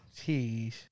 Jeez